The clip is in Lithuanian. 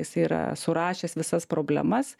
jisai yra surašęs visas problemas